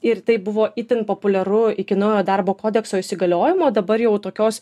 ir tai buvo itin populiaru iki naujo darbo kodekso įsigaliojimo dabar jau tokios